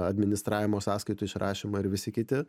administravimo sąskaitų išrašymo ir visi kiti